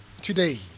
today